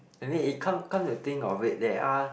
and then it come come to think of it they are